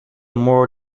more